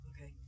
Okay